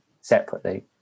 separately